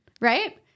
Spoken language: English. Right